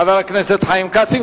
חבר הכנסת חיים כץ.